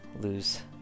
lose